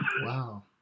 Wow